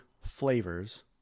flavors